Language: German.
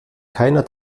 keiner